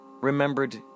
remembered